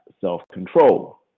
self-control